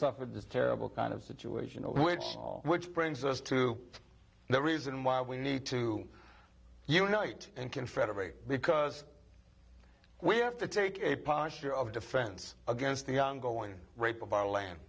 suffered this terrible kind of situation which which brings us to the reason why we need to unite and confederate because we have to take a posture of defense against the ongoing rape of our land